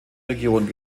region